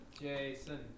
Jason